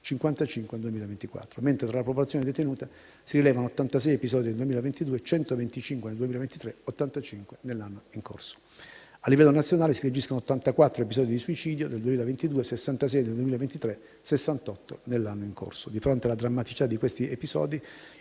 55 nel 2024, mentre tra la popolazione detenuta si rilevano 86 episodi nel 2022, 125 nel 2023 e 85 nell'anno in corso. A livello nazionale, si registrano 84 episodi di suicidio nell'anno 2022, 66 nel 2023 e 68 nell'anno in corso. Di fronte alla drammaticità di questi episodi,